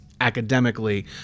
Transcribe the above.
academically